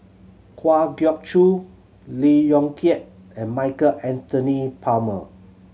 Kwa Geok Choo Lee Yong Kiat and Michael Anthony Palmer